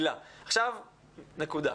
עכשיו אני שם נקודה.